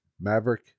Maverick